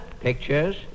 Pictures